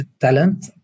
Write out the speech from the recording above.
talent